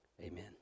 amen